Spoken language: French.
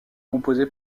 composée